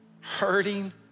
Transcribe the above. hurting